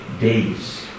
days